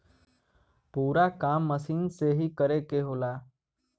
पूरा काम मसीन से ही करे के होला